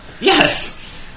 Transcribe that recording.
Yes